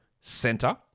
Center